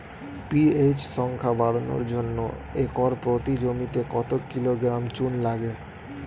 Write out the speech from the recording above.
PH সংখ্যা বাড়ানোর জন্য একর প্রতি জমিতে কত কিলোগ্রাম চুন লাগে?